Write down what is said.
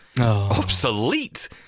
Obsolete